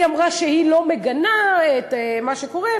ואמרה שהיא לא מגנה את מה שקורה,